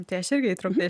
tai aš irgi įtraukta